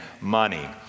money